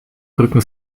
brücken